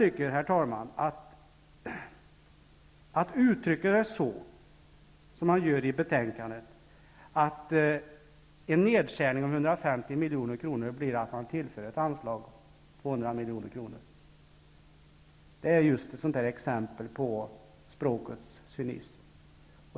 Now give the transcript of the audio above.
Herr talman! Att uttrycka det så som det görs i betänkandet, att en nedskärning med 150 miljoner innebär att man tillför ett anslag på 100 miljoner, är ett exempel på språkets cynism.